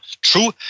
true